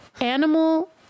Animal